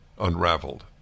unraveled